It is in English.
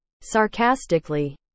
Sarcastically